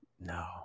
No